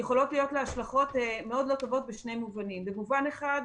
יכולות להיות לה השלכות מאוד לא טובות בשני מובנים: במובן אחד,